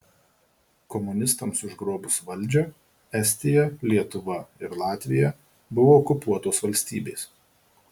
komunistams užgrobus valdžią estija lietuva ir latvija buvo okupuotos valstybės